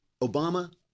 Obama